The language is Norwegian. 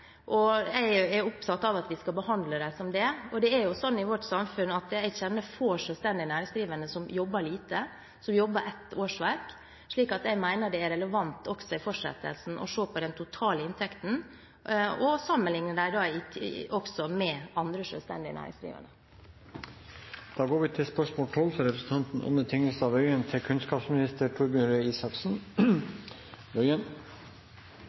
og jeg er opptatt av at vi skal behandle dem som det. Jeg kjenner få selvstendig næringsdrivende i vårt samfunn som jobber lite, som jobber et årsverk, slik at jeg mener at det er relevant også i fortsettelsen å se på den totale inntekten og sammenligne dem med andre selvstendig næringsdrivende. «I et intervju med NRK uttaler statsråden at regjeringa vil sette kvalitetskrav til